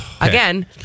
again